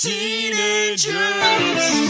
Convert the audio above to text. Teenagers